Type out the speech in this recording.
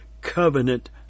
covenant